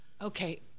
Okay